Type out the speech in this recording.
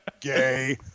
Gay